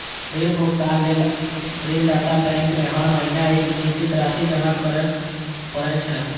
ऋण भुगतान लेल ऋणदाता बैंक में हर महीना एक निश्चित राशि जमा करय पड़ै छै